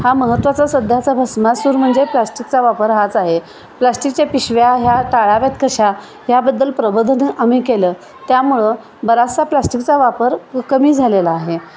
हा महत्त्वाचा सध्याचा भस्मासूर म्हणजे प्लास्टिकचा वापर हाच आहे प्लास्टिकच्या पिशव्या ह्या टाळाव्यात कशा या्बद्दल प्रबोधन आम्ही केलं त्यामुळं बराचसा प्लास्टिकचा वापर क कमी झालेला आहे